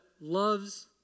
loves